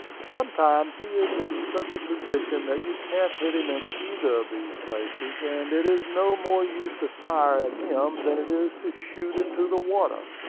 sometimes he is in such a position that you can't hit him in either of these places, and it is no more use to fire at him than it is to shoot into the water.